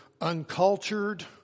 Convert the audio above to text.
uncultured